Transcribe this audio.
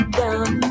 down